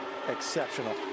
exceptional